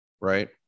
right